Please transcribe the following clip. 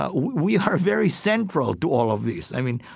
ah we are very central to all of this. i mean,